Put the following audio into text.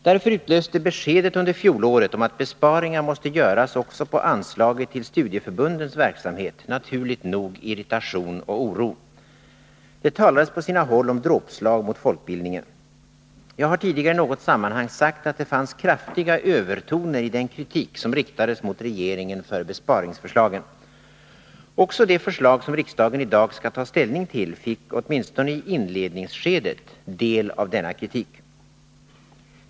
Därför utlöste beskedet under fjolåret om att besparingar måste göras också på anslaget till studieförbundens verksamhet naturligt nog irritation och oro. Det talades på sina håll om dråpslag mot folkbildningen. Jag har tidigare i något sammanhang sagt att det fanns kraftiga övertoner i den kritik som riktades mot regeringen för besparingsförslagen. Också de förslag som riksdagen i dag skall ta ställning till fick, åtminstone i inledningsskedet, del av denna kritik.